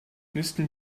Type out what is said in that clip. müssten